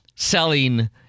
selling